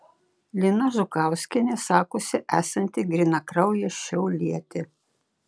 lina žukauskienė sakosi esanti grynakraujė šiaulietė